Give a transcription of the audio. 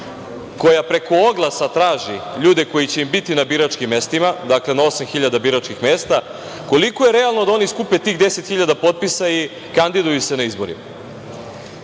koja preko oglasa traži ljude koji će biti na biračkim mestima, dakle na 8.000 biračkih mesta, koliko je realno da oni skupe tih 10.000 potpisa i kandiduju se na izborima?